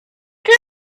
did